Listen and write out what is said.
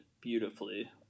beautifully